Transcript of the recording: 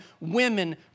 women